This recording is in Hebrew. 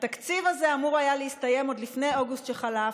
ואני מצטטת: "התקציב הזה אמור היה להסתיים עוד לפני אוגוסט שחלף.